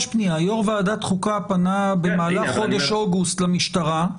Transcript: יו"ר ועדת החוקה פנה במהלך חודש אוגוסט למשטרה.